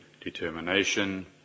determination